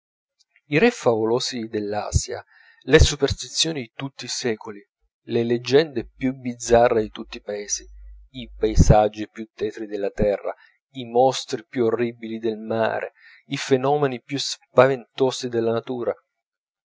re favolosi dell'asia le superstizioni di tutti i secoli le leggende più bizzarre di tutti i paesi i paesaggi più tetri della terra i mostri più orribili del mare i fenomeni più spaventosi della natura